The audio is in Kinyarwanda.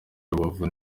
rubavu